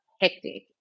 hectic